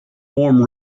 warm